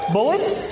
Bullets